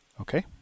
Okay